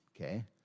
okay